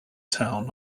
town